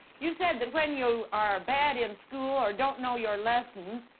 you said that when you are bad in school, or don't know your lessons,